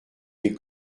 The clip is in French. des